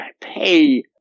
pay